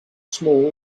small